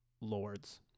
lords